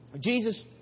Jesus